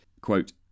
quote